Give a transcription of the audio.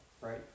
right